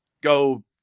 go